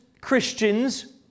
Christians